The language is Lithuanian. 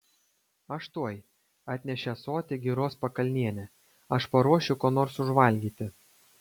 aš tuoj atnešė ąsotį giros pakalnienė aš paruošiu ko nors užvalgyti